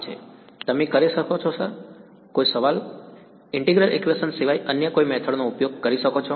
વિધાર્થી integral equation સિવાય અન્ય કોઈ મેથડ નો ઉપયોગ કરી શકો શું તમે ઇન્ટિગ્રલ ઇક્વેશન સિવાય અન્ય કોઈ મેથડ નો ઉપયોગ કરી શકો છો